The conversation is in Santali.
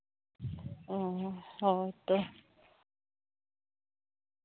ᱚᱸᱻ ᱦᱳᱭᱛᱚ